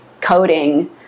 coding